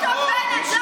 רק אתמול ישבנו